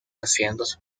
asientos